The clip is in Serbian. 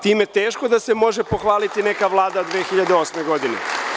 Time teško da se može pohvaliti neka vlada 2008. godine.